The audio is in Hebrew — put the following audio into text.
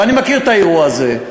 ואני מכיר את האירוע הזה,